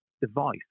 device